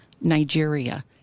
Nigeria